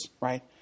right